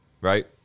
right